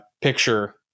picture